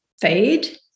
fade